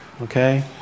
Okay